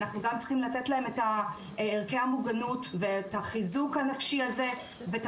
אנחנו גם צריכים לתת להם את ערכי המוגנות ואת החיזוק הנפשי הזה ואת